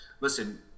listen